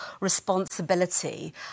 responsibility